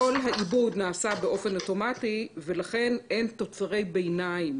כל העיבוד נעשה באופן אוטומטי ולכן אין תוצרי ביניים